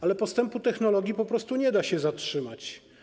Ale postępu technologii po prostu nie da się zatrzymać.